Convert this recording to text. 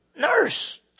Nurse